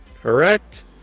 Correct